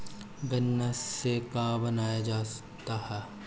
गान्ना से का बनाया जाता है?